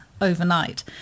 overnight